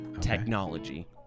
technology